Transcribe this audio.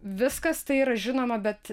viskas tai yra žinoma bet